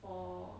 for